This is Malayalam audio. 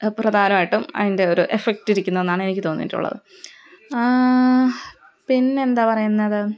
പ്രധാനമായിട്ടും അതിൻ്റെ ഒരു എഫക്ടിരിക്കുന്നെന്നാണ് എനിക്കു തോന്നിയിട്ടുള്ളത് പിന്നെന്താണു പറയുന്നത്